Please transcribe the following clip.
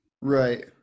right